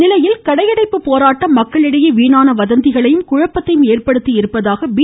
இதனிடையே கடையடைப்பு போராட்டம் மக்களிடையே வீணாண வதந்திகளையும் குழப்பதையும் ஏற்படுத்தியுள்ளதாக பி